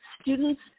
students